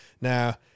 Now